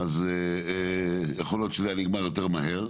זה היה נגמר יותר מהר,